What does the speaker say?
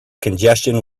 congestion